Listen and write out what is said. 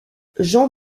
jean